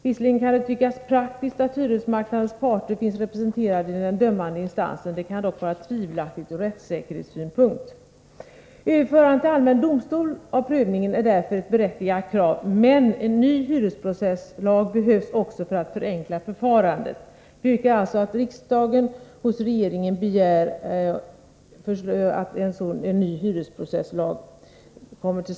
Visserligen kan det tyckas praktiskt att hyresmarknadens parter finns representerade i den dömande instansen, men det kan vara tvivelaktigt ur rättssäkerhetssynpunkt. Kravet på överförande av prövningen till allmän domstol är därför berättigat, men en ny hyresprocesslag behövs också för att förenkla förfarandet. Jag yrkar alltså att riksdagen hos regeringen begär förslag om en ny hyresprocesslag.